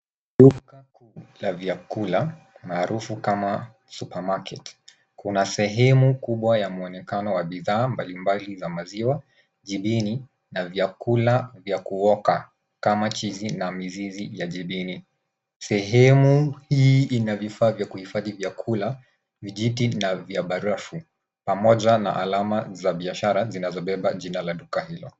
Duka kubwa la vyakula maarufu kama supermarket . Kuna sehemu kubwa ya mwonekano wa bidhaa mbalimbali za maziwa, jibini na vyakula vya kuoka kama chizi na mizizi ya jibini. Sehemu hii ina vifaa vya kuhifadhi vyakula, vijiti na vya barafu, pamoja na alama za biashara zinazobeba jina la duka hilo.